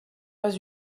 pas